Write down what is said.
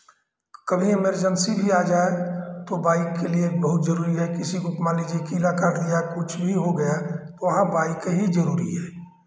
कभी एमरजेंसी भी आ जाए तो बाइक के लिए बहुत ज़रूरी है किसी को मान लीजिए कीडा काट दिया कुछ भी हो गया तो वहाँ बाइक ही जरूरी है